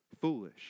Foolish